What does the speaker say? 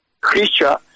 creature